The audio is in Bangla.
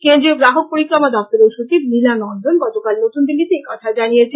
কেন্দ্রীয় গ্রাহক পরিক্রমা দপ্তরের সচিব লীলা নন্দন গতকাল নতুনদিল্লিতে একথা জানিয়েছেন